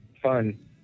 Fun